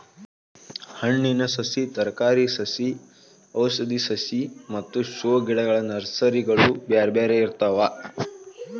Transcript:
ಹಣ್ಣಿನ ಸಸಿ, ತರಕಾರಿ ಸಸಿ ಔಷಧಿ ಸಸಿ ಮತ್ತ ಶೋ ಗಿಡಗಳ ನರ್ಸರಿಗಳು ಬ್ಯಾರ್ಬ್ಯಾರೇ ಇರ್ತಾವ